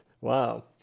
Wow